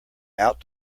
out